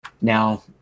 Now